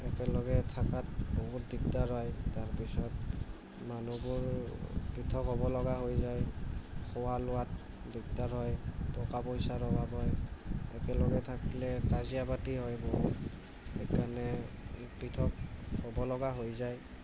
একেলগে থকাত বহুত দিগদাৰ হয় তাৰপিছত মানুহবোৰ পৃথক হ'ব লগা হৈ যায় খোৱা লোৱাত দিগদাৰ হয় টকা পইচাৰ অভাৱ হয় একেলগে থাকিলে কাজিয়া পাতি হয় বহুত সেইকাৰণে পৃথক হ'ব লগা হৈ যায়